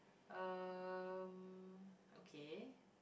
uh okay